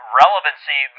relevancy